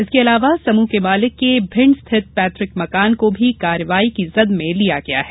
इसके अलावा समूह के मालिक के भिंड स्थित पैतृक मकान को भी कार्रवाई की जद में लिया गया है